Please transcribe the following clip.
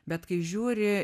bet kai žiūri